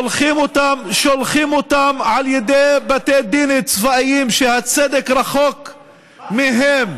שולחים אותם על ידי בתי דין צבאיים שהצדק רחוק מהם,